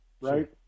right